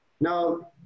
Now